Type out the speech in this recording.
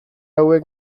hauek